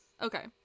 Okay